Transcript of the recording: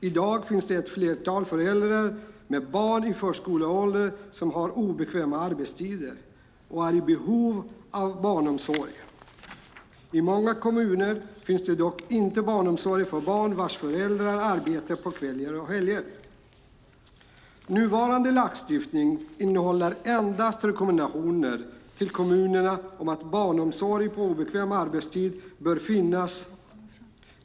I dag finns det ett flertal föräldrar med barn i förskoleåldern som har obekväma arbetstider och är i behov av barnomsorg. I många kommuner finns det dock inte barnomsorg för barn vars föräldrar arbetar på kvällar och helger. Nuvarande lagstiftning innehåller endast rekommendationer till kommunerna om att barnomsorg på obekväm arbetstid bör finnas.